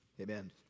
Amen